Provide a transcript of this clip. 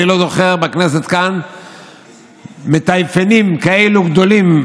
אני לא זוכר כאן בכנסת מטיפנים כאלה גדולים,